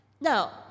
now